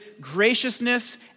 graciousness